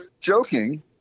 joking